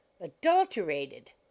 adulterated